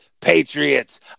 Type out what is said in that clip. Patriots